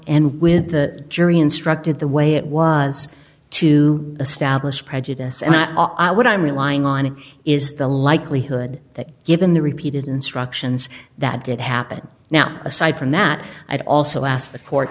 and with the jury instructed the way it was to establish prejudice and what i'm relying on is the likelihood that given the repeated instructions that did happen now aside from that i'd also ask the court